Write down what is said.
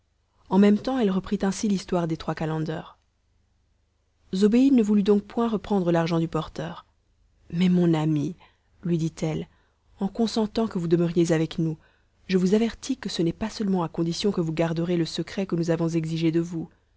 en même temps elle reprit ainsi l'histoire des trois calenders zobéide ne voulut donc point reprendre l'argent du porteur mais mon ami lui dit-elle en consentant que vous demeuriez avec nous je vous avertis que ce n'est pas seulement à condition que vous garderez le secret que nous avons exigé de vous